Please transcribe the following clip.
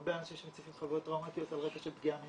הרבה אנשים שמציפים חוויות טראומטיות על רקע של פגיעה מינית.